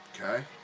Okay